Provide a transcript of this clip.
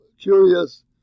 curious